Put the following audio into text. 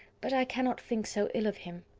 but i cannot think so ill of him.